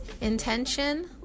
intention